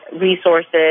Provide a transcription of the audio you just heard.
resources